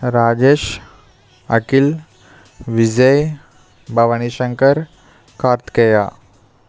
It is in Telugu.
రాజేష్ అఖిల్ విజయ్ భవానీశంకర్ కార్తికేయ